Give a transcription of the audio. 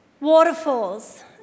waterfalls